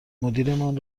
مدیرمان